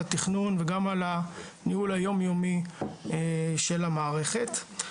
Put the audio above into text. התכנון וגם על ניהול היום יומי של המערכת.